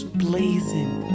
blazing